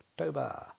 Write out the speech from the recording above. October